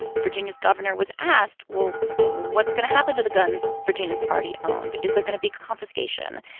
and virginia's governor was asked, well, what's going to happen to the guns? virginians already owned. is there going to be confiscation?